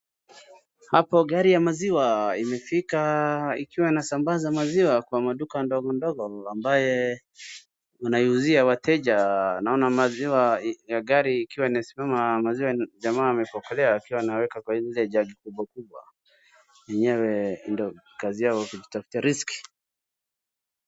Hapo gari ya maziwa imefika ikiwa inasamabaza maziwa kwa maduka ndogo ndogo ambaye wanaiuzia wateja. Naona maziwa ya gari ikiwa inasimama maziwa jamaa amepokelea akiwa anaeka kwa zile jagi kubwa kubwa. Enyewe ndiyo kazi yao kujitafutia riziki.